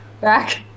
back